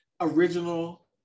original